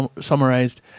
summarized